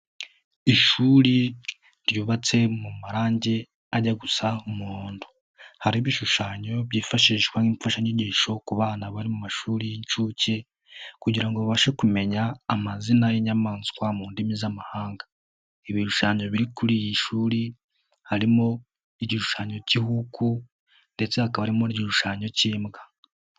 Ishuri ryubatse mu marangi ajya gusa umuhondo, hari ibishushanyo byifashishwa nk'imfashanyigisho ku bana bari mu mashuri y'inshuke, kugira ngo babashe kumenya amazina y'inyamaswa mu ndimi z'amahanga. Ibishushanyo biri kuri iri shuri harimo igishushanyo k'ihuku, ndetse hakaba harimo n'igishushanyo k'imbwa.